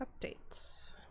Updates